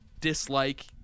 dislike